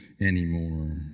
anymore